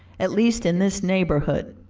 at least in this neighborhood.